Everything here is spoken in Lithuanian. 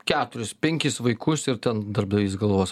keturis penkis vaikus ir ten darbdavys galvos